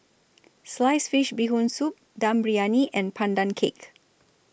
Sliced Fish Bee Hoon Soup Dum Briyani and Pandan Cake